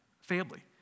family